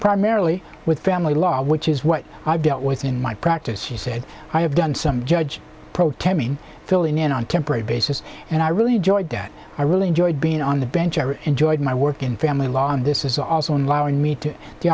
primarily with family law which is what i've dealt with in my practice she said i have done some judge pro tem in filling in on temporary basis and i really enjoyed that i really enjoyed being on the bench i enjoyed my work in family law and this is